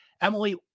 Emily